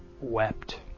wept